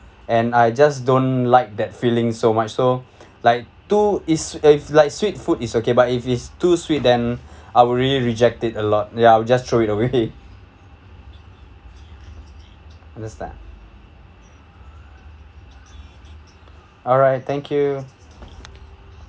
and I just don't like that feeling so much so like too is uh like sweet food is okay but if it's too sweet then I will really reject it a lot ya I'll just throw it away understand alright thank you